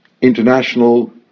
international